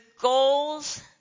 goals